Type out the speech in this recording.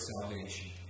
salvation